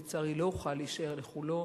לצערי, לא אוכל להישאר לכולו.